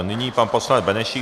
Nyní pan poslanec Benešík.